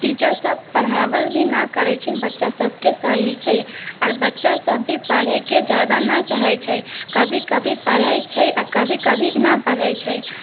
टीचरसब पढ़ावल भी नहि करै छै बच्चासबके सहीसँ आओर बच्चासब भी पढ़ैके ज्यादा नहि चाहै छै कभी कभी पढ़ै छै आओर कभी कभी नहि पढ़ै छै